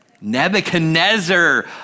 Nebuchadnezzar